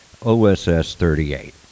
OSS-38